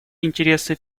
интересы